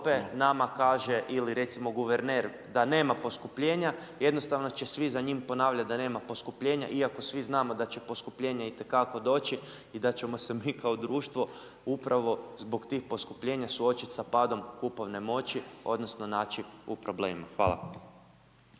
nama kaže ili recimo guverner da nema poskupljenja, jednostavno će svi za njim ponavljati da nema poskupljenja iako svi znamo da će poskupljenje itekako doći i da ćemo se mi kao društvo upravo zbog tih poskupljenja suočiti sa padom kupovne moći odnosno naći u problemima. Hvala.